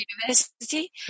University